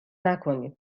نکنید